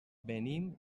venim